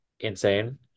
insane